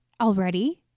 already